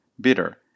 bitter